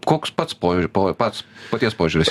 koks pats poj po pats paties požiūris